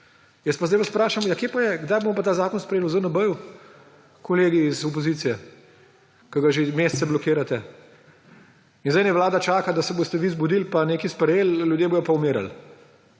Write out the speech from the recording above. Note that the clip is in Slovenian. vas pa zdaj vprašam, kdaj bomo pa sprejeli zakon o ZNB, kolegi iz opozicije, ki ga že mesece blokirate. In zdaj naj Vlada čaka, da se boste vi zbudili pa nekaj sprejeli, ljudje bodo pa umirali.